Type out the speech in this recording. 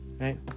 right